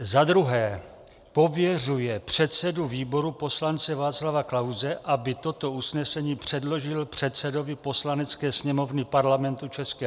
Za druhé, pověřuje předsedu výboru poslance Václava Klause, aby toto usnesení předložil předsedovi Poslanecké sněmovny Parlamentu ČR.